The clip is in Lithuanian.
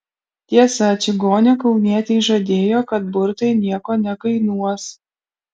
tiesa čigonė kaunietei žadėjo kad burtai nieko nekainuos